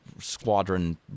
squadron